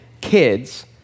kids